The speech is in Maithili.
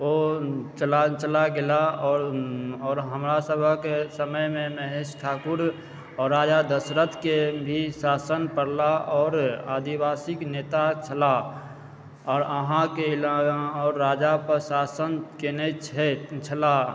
ओ चला चला गेला आओर आओर हमरा सभक समय मे महेश ठाकुर आओर राजा दशरथ के भी शासन पड़ला आओर आदिवासिक नेता छलाह आओर अहाँके इला आओर राजा पर सासन केने छथि छलाह